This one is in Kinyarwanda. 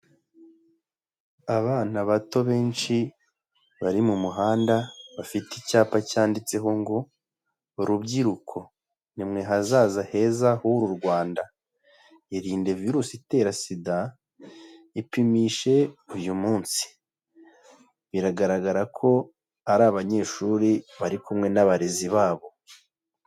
Abana bato benshi, bari mu muhanda, bafite icyapa cyanditseho ngo rubyiruko, nimwe hazaza heza h'uru Rwanda. Irinde virusi itera Sida, ipimishe uyu munsi. Biragaragara ko ari abanyeshuri bari kumwe n'abarezi babo.